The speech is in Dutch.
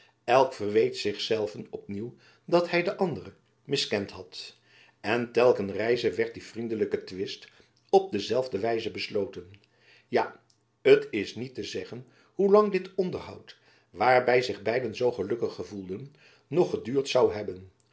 elk verweet zich zelven op nieuw dat hy den anderen jacob van lennep elizabeth musch miskend had en telken reize werd die vriendelijke twist op dezelfde wijze besloten ja t is niet te zeggen hoe lang dit onderhoud waarby zich beiden zoo gelukkig gevoelden nog geduurd zoû hebben